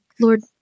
Lord